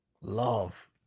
love